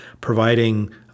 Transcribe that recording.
providing